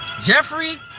jeffrey